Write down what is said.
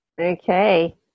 Okay